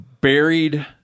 buried